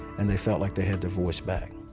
and they felt like they had their voice back.